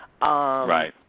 Right